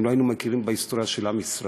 אם לא היינו מכירים בהיסטוריה של עם ישראל.